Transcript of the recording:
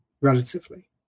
relatively